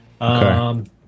Okay